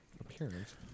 appearance